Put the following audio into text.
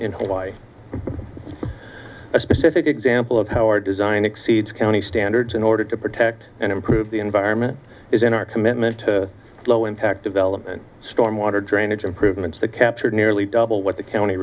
in hawaii a specific example of how our design exceeds county standards in order to protect and improve the environment is in our commitment to low impact development stormwater drainage improvements that captured nearly double what the county